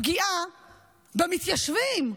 פגיעה במתיישבים.